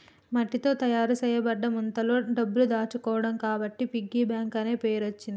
మట్టితో తయారు చేయబడ్డ ముంతలో డబ్బులు దాచుకోవడం కాబట్టి పిగ్గీ బ్యాంక్ అనే పేరచ్చింది